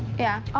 yeah. ah